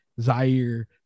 Zaire